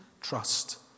trust